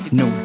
no